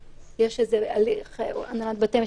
תודה, דבי.